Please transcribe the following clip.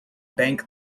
bank